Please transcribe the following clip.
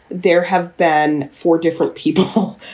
there have been four different people,